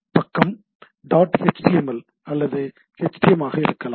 பக்கம் dot html அல்லது htm ஆக இருக்கலாம்